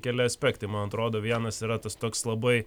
keli aspektai man atrodo vienas yra tas toks labai